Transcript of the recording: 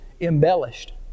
embellished